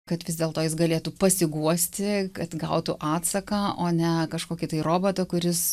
kad vis dėlto jis galėtų pasiguosti kad gautų atsaką o ne kažkokį tai robotą kuris